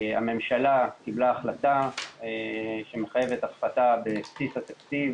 הממשלה קיבלה החלטה שמחייבת הפחתה בבסיס התקציב